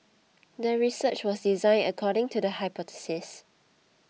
the research was designed according to the hypothesis